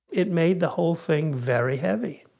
it made the whole thing very heavy.